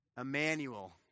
Emmanuel